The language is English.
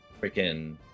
freaking